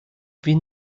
wir